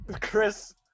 chris